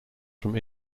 from